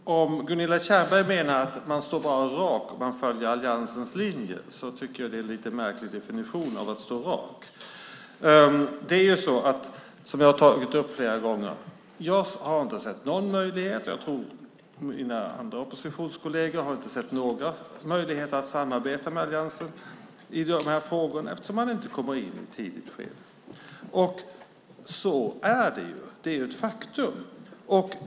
Herr talman! Om Gunilla Tjernberg menar att man står rak bara om man följer alliansens linje är det en lite märklig definition av att stå rak. Jag har inte sett någon möjlighet, och jag tror inte mina andra oppositionskolleger har sett några möjligheter, att samarbeta med alliansen i dessa frågor eftersom man inte kommer med besked i tid. Så är det. Det är ett faktum.